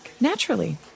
Naturally